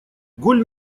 голь